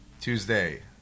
Tuesday